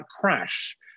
crash